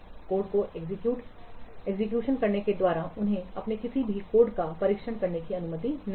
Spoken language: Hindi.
कोड को एग्जीक्यूशन करने के द्वारा उन्हें अपने किसी भी कोड का परीक्षण करने की अनुमति नहीं है